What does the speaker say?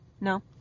No